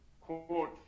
court